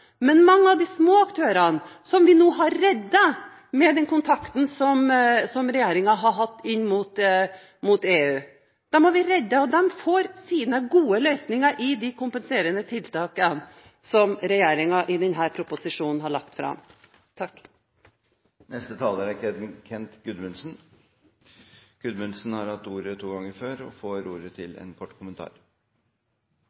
men mange av de små aktørene, som vi nå har reddet med den kontakten regjeringen har hatt inn mot EU. Dem har vi reddet. De får sine gode løsninger i de kompenserende tiltakene som regjeringen har lagt fram i denne proposisjonen. Representanten Kent Gudmundsen har hatt ordet to ganger før og får ordet til